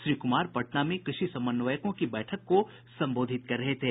श्री कुमार पटना में कृषि समन्वयकों की बैठक को संबोधित कर रहे थे